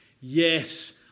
yes